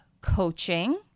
Coaching